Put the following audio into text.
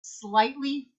slightly